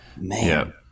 Man